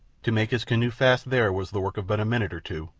to make his canoe fast there was the work of but a minute or two,